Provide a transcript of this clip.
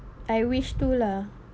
I wish to lah